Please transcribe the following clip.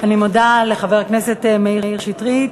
אני מודה לחבר הכנסת מאיר שטרית.